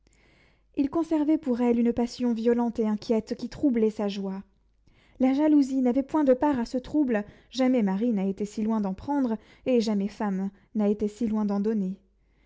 il conservait pour elle une passion violente et inquiète qui troublait sa joie la jalousie n'avait point de part à ce trouble jamais mari n'a été si loin d'en prendre et jamais femme n'a été si loin d'en donner